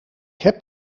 heb